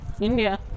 India